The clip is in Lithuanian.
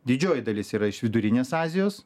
didžioji dalis yra iš vidurinės azijos